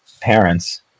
parents